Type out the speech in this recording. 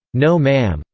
no ma'am.